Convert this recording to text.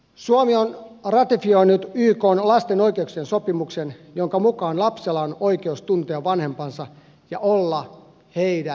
suomi on ratifioinut ykn lasten oikeuksien sopimuksen jonka mukaan lapsella on oikeus tuntea vanhempansa ja olla heidän hoidettavanaan